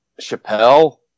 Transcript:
chappelle